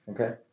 Okay